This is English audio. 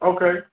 Okay